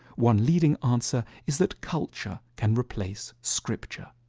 one leading answer is that culture can replace scripture.